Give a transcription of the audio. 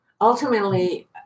ultimately